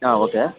ಹಾಂ ಓಕೆ